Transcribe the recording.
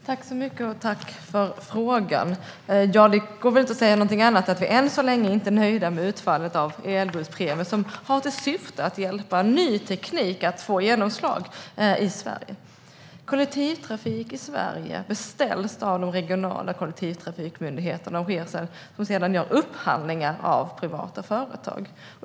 Herr talman! Tack för frågan! Man kan inte säga något annat än att vi än så länge inte är nöjda med utfallet av elbusspremien. Den har till syfte att hjälpa ny teknik att få genomslag i Sverige. Kollektivtrafik i Sverige beställs av de regionala kollektivtrafikmyndigheterna som sedan gör upphandlingar av privata företag.